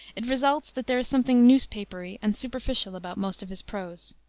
it results that there is something newspapery and superficial about most of his prose.